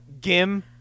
Gim